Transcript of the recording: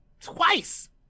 twice